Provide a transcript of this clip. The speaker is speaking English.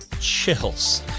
chills